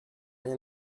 rien